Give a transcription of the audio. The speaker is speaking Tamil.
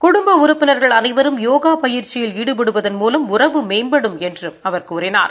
குடும்ப உறுப்பினர்கள் அனைவரும் யோகா பயிற்சியில் ஈடுபடுவதன் மூலம் உறவு மேம்படும் என்றும் அவர் கூறினார்